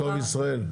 לכתוב ישראל.